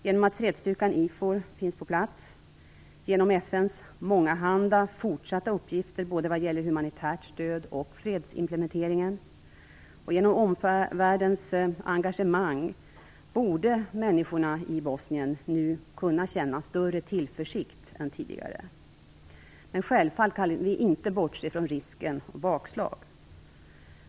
Genom att fredsstyrkan IFOR finns på plats, genom FN:s mångahanda fortsatta uppgifter, både vad gäller humanitärt stöd och fredsimplementering, och genom omvärldens engagemang borde människorna i Bosnien-Hercegovina nu kunna känna större tillförsikt än tidigare. Men självfallet kan vi inte bortse från risken för bakslag.